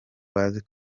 bazi